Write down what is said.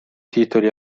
titoli